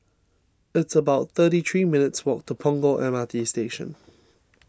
it's about thirty three minutes' walk to Punggol M R T Station